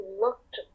looked